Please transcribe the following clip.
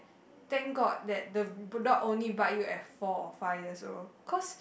thank god that the bull dog only bite you at four or five years old cause